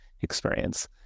experience